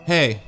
Hey